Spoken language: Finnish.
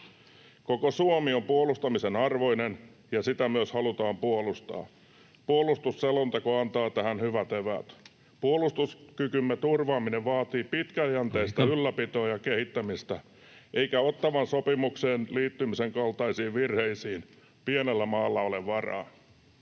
Koko Suomi on puolustamisen arvoinen, ja sitä myös halutaan puolustaa. Puolustusselonteko antaa tähän hyvät eväät. Puolustuskykymme turvaaminen vaatii [Puhemies: Aika!] pitkäjänteistä ylläpitoa ja kehittämistä, eikä Ottawan sopimukseen liittymisen kaltaisiin virheisiin pienellä maalla ole varaa.